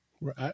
Right